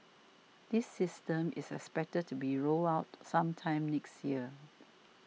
this system is expected to be rolled out sometime next year